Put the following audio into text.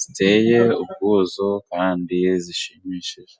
ziteye ubwuzu kandi zishimishije.